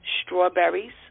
Strawberries